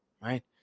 Right